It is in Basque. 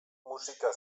musika